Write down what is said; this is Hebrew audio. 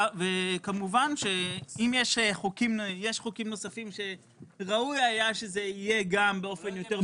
כמובן שיש חוקים נוספים שראוי היה שזה יהיה גם באופן יותר ברור.